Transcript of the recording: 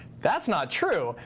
that's not true.